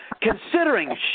Considering